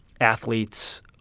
athletes